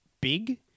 big